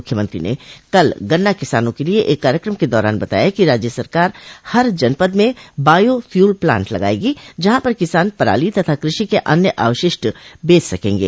मुख्यमंत्री ने कल गन्ना किसानों के लिये एक कार्यक्रम के दौरान बताया कि राज्य सरकार हर जनपद में बायो फ्यूल प्लांट लगायेगी जहां पर किसान पराली तथा कृषि के अन्य अवशिष्ट बेच सकेंगे